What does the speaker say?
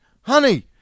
honey